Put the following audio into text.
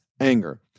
anger